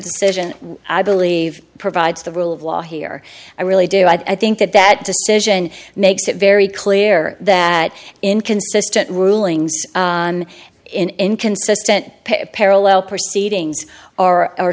decision i believe provides the rule of law here i really do i think that that decision makes it very clear that inconsistent rulings on inconsistent parallel proceedings